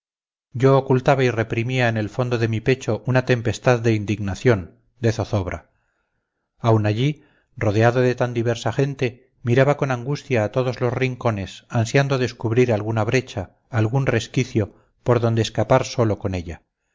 yo ocultaba y reprimía en el fondo de mi pecho una tempestad de indignación de zozobra aun allí rodeado de tan diversa gente miraba con angustia a todos los rincones ansiando descubrir alguna brecha algún resquicio por donde escapar solo con ella